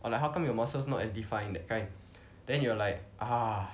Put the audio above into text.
or like how come your muscles not as defined that kind then you are like ah